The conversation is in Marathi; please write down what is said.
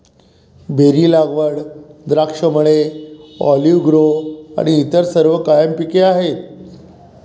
बेरी लागवड, द्राक्षमळे, ऑलिव्ह ग्रोव्ह आणि इतर सर्व कायम पिके आहेत